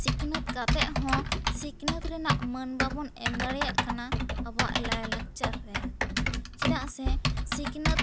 ᱥᱤᱠᱷᱱᱟᱹᱛ ᱠᱟᱛᱮ ᱦᱚᱸ ᱥᱤᱠᱷᱱᱟᱹᱛ ᱨᱮᱭᱟᱜ ᱢᱟᱹᱱ ᱵᱟᱵᱚᱱ ᱮᱢ ᱫᱟᱲᱮᱭᱟᱜ ᱠᱟᱱᱟ ᱟᱵᱚᱣᱟᱜ ᱞᱟᱭ ᱞᱟᱠᱪᱟᱨ ᱨᱮ ᱪᱮᱫᱟᱜ ᱥᱮ ᱥᱤᱠᱷᱱᱟᱹᱛ